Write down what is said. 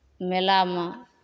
मेलामे